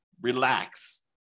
relax